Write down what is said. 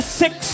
six